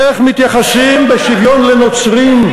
איך מתייחסים בשוויון לנוצרים,